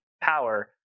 power